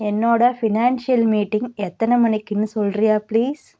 என்னோடய financial meeting எத்தனை மணிக்குன்னு சொல்கிறியா ப்ளீஸ்